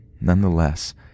Nonetheless